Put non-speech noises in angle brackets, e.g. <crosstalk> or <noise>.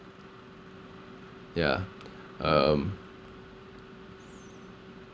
yeah um <breath>